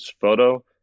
photo